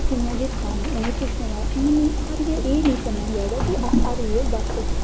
कि'यां जित्ता ने उ'नें गी पुच्छना हारियै एह् निं करना चाहिदा कि अस हारी गे बस